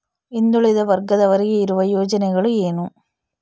ಹಿಂದುಳಿದ ವರ್ಗದವರಿಗೆ ಇರುವ ಯೋಜನೆಗಳು ಏನು?